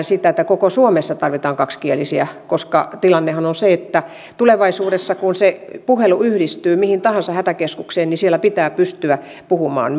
sitä että koko suomessa tarvitaan kaksikielisiä koska tilannehan on se että kun tulevaisuudessa se puhelu yhdistyy mihin tahansa hätäkeskukseen niin siellä pitää pystyä puhumaan